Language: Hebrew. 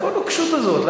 מאיפה הנוקשות הזאת?